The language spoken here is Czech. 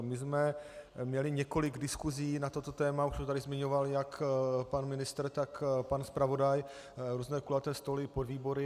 My jsme měli několik diskuzí na toto téma, už to tady zmiňoval jak pan ministr, tak pan zpravodaj, různé kulaté stoly, podvýbory atd.